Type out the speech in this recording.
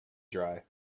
dry